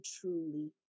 truly